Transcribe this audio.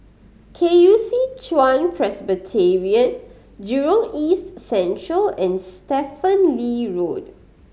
K U C Chuan Presbyterian Jurong East Central and Stephen Lee Road